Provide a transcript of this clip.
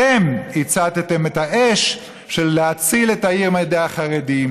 אתם הצתתם את האש של להציל את העיר מידי החרדים.